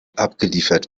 abgeliefert